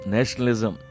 Nationalism